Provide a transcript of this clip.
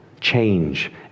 change